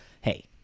hey